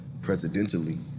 presidentially